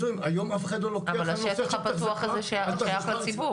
היום אף אחד לא לוקח --- אבל השטח הפתוח הזה שייך לציבור,